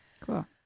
Cool